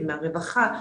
עם הרווחה,